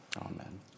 Amen